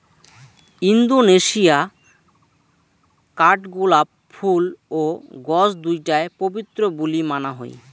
Indonesia কাঠগোলাপ ফুল ও গছ দুইটায় পবিত্র বুলি মানা হই